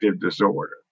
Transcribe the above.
disorder